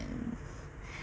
and